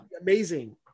Amazing